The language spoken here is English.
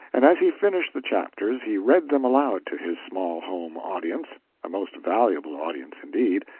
and as he finished the chapters he read them aloud to his small home audience a most valuable audience, indeed,